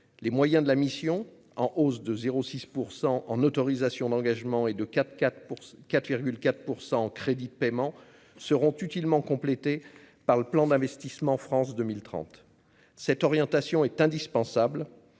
les moyens de la mission, en hausse de 0 6 % en autorisations d'engagement et de quatre quatre pour quatre 4 % en crédits de paiement seront utilement complété par le plan d'investissement France 2030 cette orientation est indispensable,